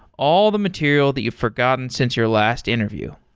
all the material that you've forgotten since your last interview.